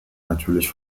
natürlich